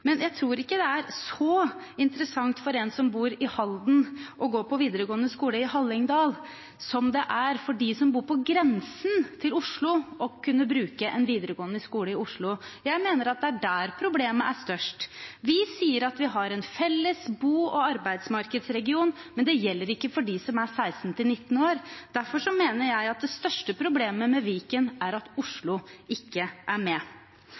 Men jeg tror ikke det er så interessant for en som bor i Halden, å gå på videregående skole i Hallingdal som det er for dem som bor på grensen til Oslo, å kunne gå på en videregående skole i Oslo. Jeg mener at det er der problemet er størst. Vi sier at vi har en felles bo- og arbeidsmarkedsregion, men det gjelder ikke for dem som er 16–19 år. Derfor mener jeg at det største problemet med Viken er at Oslo ikke er med.